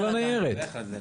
את כל הניירת.